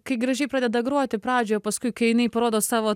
kai gražiai pradeda groti pradžioj paskui kai jinai parodo savo